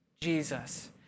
jesus